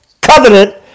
covenant